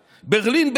ברלין,